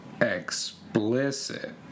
Explicit